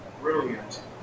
brilliant